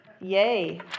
Yay